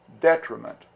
detriment